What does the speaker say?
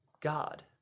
God